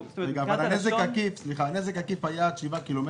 נזק עקיף היה עד 7 קילומטרים.